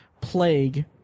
plague